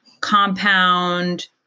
compound